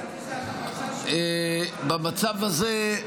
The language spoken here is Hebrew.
במצב הזה,